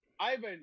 Ivan